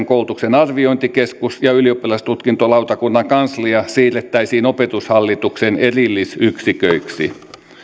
koulutuksen arviointikeskus ja ylioppilastutkintolautakunnan kanslia siirrettäisiin opetushallituksen erillisyksiköiksi